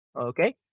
okay